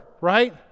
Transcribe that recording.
right